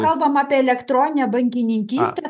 kalbam apie elektroninę bankininkystę